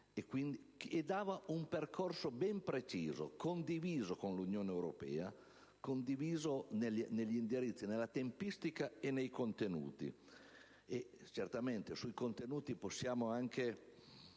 dava un percorso ben preciso e condiviso con l'Unione europea negli indirizzi, nella tempistica e nei contenuti. Sui contenuti possiamo anche